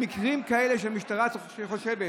במקרים כאלה שהמשטרה חושבת